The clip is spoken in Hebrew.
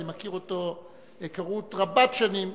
אני מכיר אותו היכרות רבת שנים,